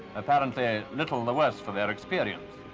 apparently ah little the worse for their experience.